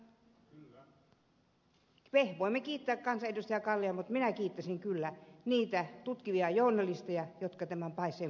me voimme kiittää kansanedustaja kallia mutta minä kiittäisin kyllä niitä tutkivia journalisteja jotka tämän paiseen puhkaisivat